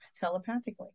telepathically